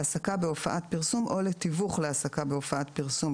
להעסקה בהופעת פרסום או לתיווך להעסקה בהופעת פרסום,